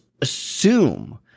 assume